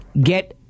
get